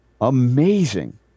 amazing